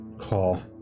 call